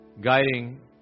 guiding